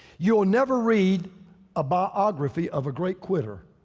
you'll never read a biography of a great quitter.